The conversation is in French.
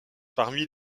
parmi